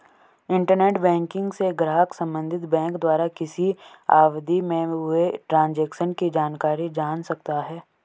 internet banking से ग्राहक संबंधित बैंक द्वारा किसी अवधि में हुए ट्रांजेक्शन की जानकारी जान सकता है